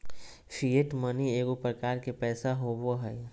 fiat money एगो प्रकार के पैसा होबो हइ